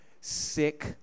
sick